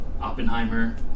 Oppenheimer